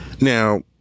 Now